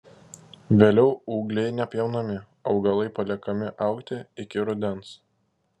vėliau ūgliai nepjaunami augalai paliekami augti iki rudens